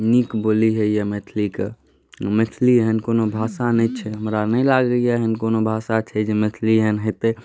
नीक बोली होइए मैथिलीके मैथिली एहन कोनो भाषा नहि छै हमरा नहि लागैए जे कोनो भाषा छै एहन जे मैथिली एहन हेतै